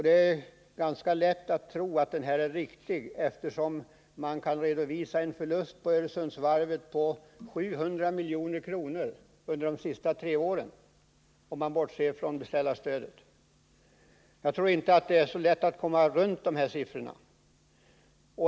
Det är ganska lätt att tro att den uppgiften är riktig, eftersom Öresundsvarvet har redovisat en förlust på 700 milj.kr. under de senaste tre åren, om man bortser från beställarstödet. Jag tror inte att det är så lätt att komma runt de här siffrorna.